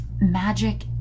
magic